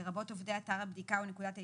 לרבות עובדי אתר הבדיקה או נקודת האיסוף,